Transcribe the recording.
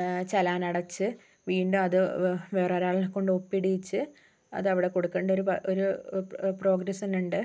ഏഹ് ചല്ലാൻ അടച്ച് വീണ്ടും അത് വേറെ ഒരാളിനെക്കൊണ്ട് ഒപ്പിടീച്ച് അതവിടെ കൊടുക്കേണ്ട ഒരു പ്രോഗ്രസ് തന്നെയുണ്ട്